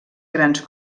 grans